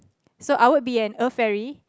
so I will be an earth fairy